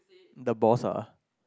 the boss ah